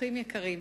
אורחים יקרים,